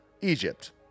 Egypt